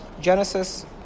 Genesis